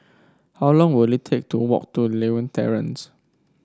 how long will it take to walk to Lewin Terrace